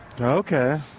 Okay